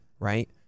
Right